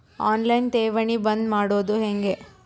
On line ಠೇವಣಿ ಬಂದ್ ಮಾಡೋದು ಹೆಂಗೆ?